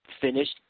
finished